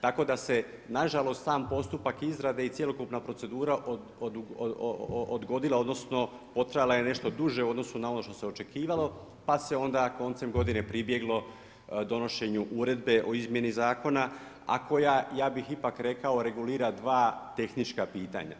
Tako da se na žalost sam postupak izrade i cjelokupna procedura odgodila, odnosno potrajala je nešto duže u odnosu na ono što se očekivalo, pa se onda koncem godine pribjeglo donošenju Uredbe o izmjeni zakona, a koja ja bih ipak rekao regulira dva tehnička pitanja.